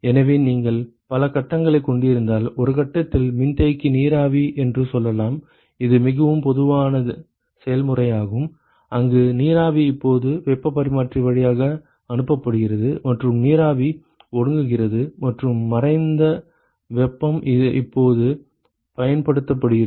எனவே நீங்கள் பல கட்டங்களைக் கொண்டிருந்தால் ஒரு கட்டத்தில் மின்தேக்கி நீராவி என்று சொல்லலாம் இது மிகவும் பொதுவான செயல்முறையாகும் அங்கு நீராவி இப்போது வெப்பப் பரிமாற்றி வழியாக அனுப்பப்படுகிறது மற்றும் நீராவி ஒடுங்குகிறது மற்றும் மறைந்த வெப்பம் இப்போது பயன்படுத்தப்படுகிறது